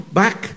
back